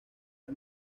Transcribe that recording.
del